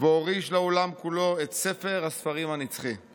והוריש לעולם כולו את ספר הספרים הנצחי.